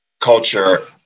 culture